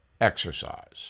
exercise